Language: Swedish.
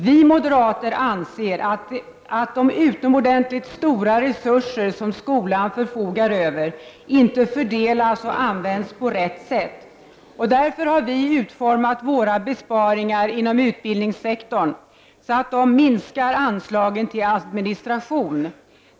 Vi moderater anser att de utomordentligt stora resurser som skolan förfogar över inte fördelas och används på rätt sätt. Därför har vi utformat våra besparingar inom utbildningssektorn så att de i första hand minskar anslagen till administration.